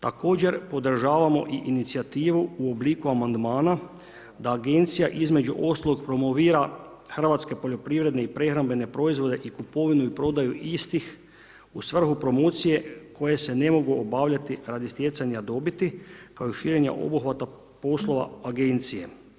Također podržavamo i inicijativu u obliku amandmana da Agencija između ostaloga promovira hrvatske poljoprivredne i prehrambene proizvode i kupovinu i prodaju istih u svrhu promocije koje se ne mogu obavljati radi stjecanja dobiti kao i širenja obuhvata poslova Agencije.